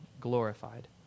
glorified